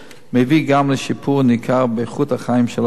מביא גם לשיפור ניכר באיכות החיים של החולים.